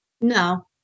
No